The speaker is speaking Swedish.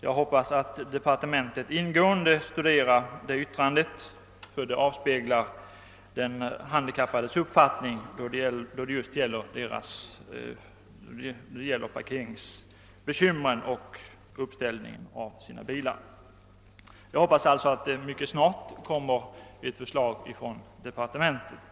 Jag förutsätter att man i departementet studerar det remissyttrandet mycket ingående, ty det avspeglar de handikappades bekymmer beträffande parkering av bilarna. Jag hoppas som sagt att det mycket snart presenteras ett förslag från departementet.